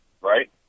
Right